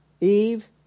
Eve